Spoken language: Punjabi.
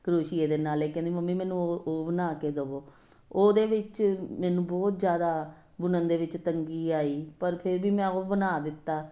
ਕਰੋਸ਼ੀਏ ਦੇ ਨਾਲੇ ਕਹਿੰਦੀ ਮੰਮੀ ਮੈਨੂੰ ਉਹ ਉਹ ਬਣਾ ਕੇ ਦੇਵੋ ਉਹਦੇ ਵਿੱਚ ਮੈਨੂੰ ਬਹੁਤ ਜ਼ਿਆਦਾ ਬੁਣਨ ਦੇ ਵਿੱਚ ਤੰਗੀ ਆਈ ਪਰ ਫਿਰ ਵੀ ਮੈਂ ਉਹ ਬਣਾ ਦਿੱਤਾ